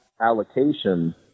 allocation